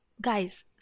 Guys